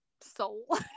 soul